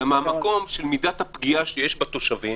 אלא מהמקום של מידת הפגיעה שיש בתושבים